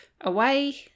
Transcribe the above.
away